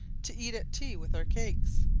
to eat at tea with our cakes.